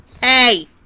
hey